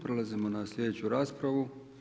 Prelazimo na sljedeću raspravu.